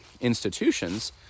institutions